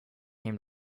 came